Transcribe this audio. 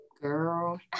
girl